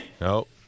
Nope